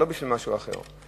לא בשביל משהו אחר.